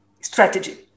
strategy